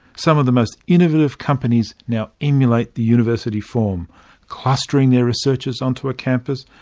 some of the most innovative companies now emulate the university form clustering their researchers on to a campus,